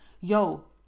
yo